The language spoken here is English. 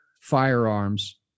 firearms